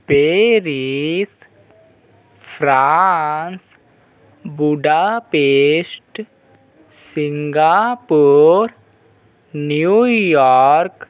Paris France Budapest Singapore New York